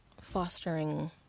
fostering